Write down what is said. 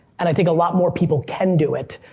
and i think a lot more people can do it,